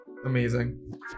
amazing